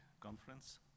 conference